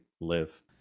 live